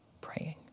praying